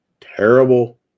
Terrible